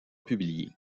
publié